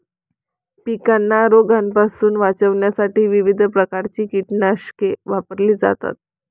पिकांना रोगांपासून वाचवण्यासाठी विविध प्रकारची कीटकनाशके वापरली जातात